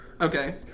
Okay